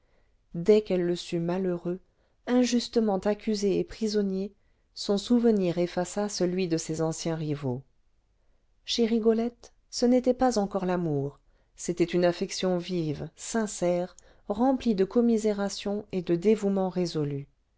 dès qu'elle le sut malheureux injustement accusé et prisonnier son souvenir effaça celui de ses anciens rivaux chez rigolette ce n'était pas encore l'amour c'était une affection vive sincère remplie de commisération et de dévouement résolu